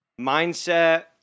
mindset